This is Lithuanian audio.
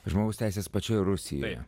žmogaus teisės pačioje rusijoje